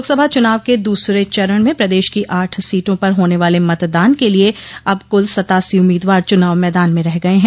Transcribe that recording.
लोकसभा चुनाव के दूसरे चरण में प्रदेश की आठ सीटों पर होने वाले मतदान के लिए अब कुल सत्तासी उम्मीदवार चुनाव मैदान में रह गये हैं